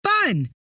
fun